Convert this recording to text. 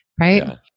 right